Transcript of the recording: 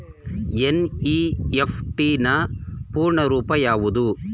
NEFT ನ ಪೂರ್ಣ ರೂಪ ಯಾವುದು?